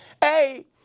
Hey